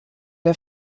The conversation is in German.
der